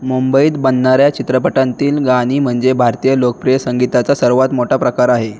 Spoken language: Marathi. मुंबईत बनणाऱ्या चित्रपटांतील गाणी म्हणजे भारतीय लोकप्रिय संगीताचा सर्वात मोठा प्रकार आहे